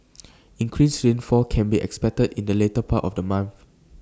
increased rainfall can be expected in the later part of the month